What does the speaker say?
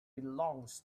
belongs